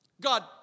God